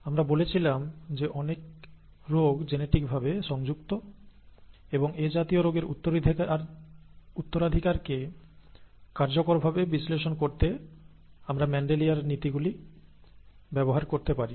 আমরা বলেছিলাম যে অনেক রোগ জেনেটিকভাবে সংযুক্ত এবং এ জাতীয় রোগের উত্তরাধিকারকে কার্যকরভাবে বিশ্লেষণ করতে আমরা মেন্ডেলিয়ার নীতিগুলি ব্যবহার করতে পারি